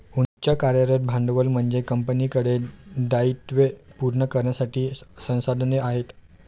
उच्च कार्यरत भांडवल म्हणजे कंपनीकडे दायित्वे पूर्ण करण्यासाठी संसाधने आहेत